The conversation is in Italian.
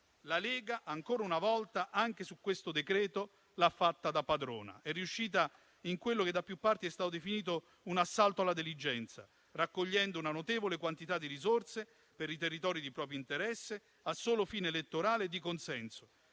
la Lega, ancora una volta, anche su questo decreto-legge, l'ha fatta da padrona ed è riuscita in quello che da più parti è stato definito un assalto alla diligenza, raccogliendo una notevole quantità di risorse per i territori di proprio interesse a solo fine elettorale e di consenso